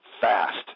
fast